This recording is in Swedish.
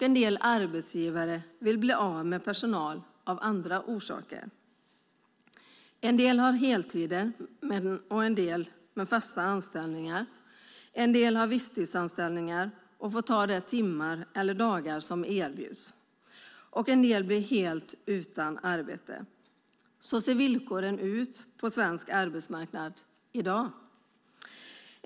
En del arbetsgivare vill bli av med personal av andra orsaker. En del arbetar heltid med fasta anställningar. En del har visstidsanställningar och får ta de timmar eller dagar som erbjuds. En del blir helt utan arbete. Så ser villkoren ut på svensk arbetsmarknad i dag.